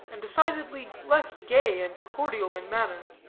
and decidedly less gay and cordial in manner,